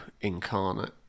incarnate